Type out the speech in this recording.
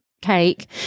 cake